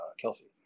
Kelsey